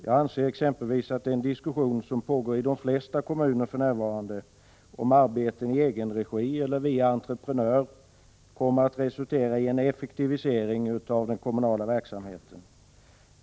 Jag anser exempelvis att den diskussion som pågår i de flesta kommuner om arbeten i egenregi eller via entreprenörer kommer att resultera i en effektivisering av den kommunala verksamheten.